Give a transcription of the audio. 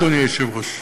אדוני היושב-ראש,